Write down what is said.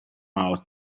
out